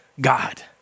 God